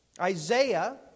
Isaiah